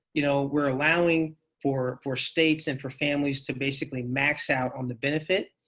you know we're allowing for for states and for families to basically max out on the benefit.